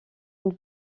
une